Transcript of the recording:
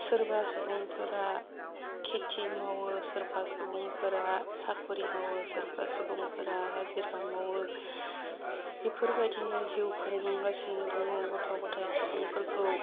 सोरबा सुबुंफोरा खेथि मावो सोरबा सुबुंफोरा साख'रि मावो सोरबा सुबुंफोरा हाजिरा मावो बेफोरबायदिनो जिउ खुंलांगासिनो दङ गथ' गथाइ सुबुंफोरखौ